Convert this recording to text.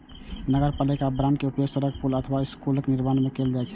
नगरपालिका बांड के उपयोग सड़क, पुल अथवा स्कूलक निर्माण मे कैल जाइ छै